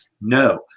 No